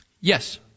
Yes